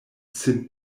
sin